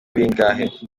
bingahe